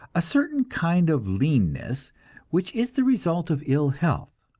a certain kind of leanness which is the result of ill health.